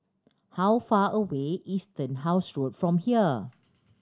how far away is Turnhouse Road from here